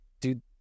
dude